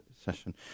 session